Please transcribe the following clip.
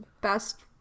best